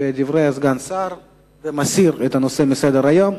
בדברי סגן השר ומסיר את הנושא מסדר-היום.